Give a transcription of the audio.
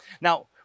Now